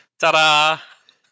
Ta-da